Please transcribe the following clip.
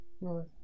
No